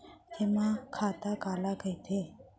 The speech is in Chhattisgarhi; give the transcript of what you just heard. जेमा खाता काला कहिथे?